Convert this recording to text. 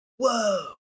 whoa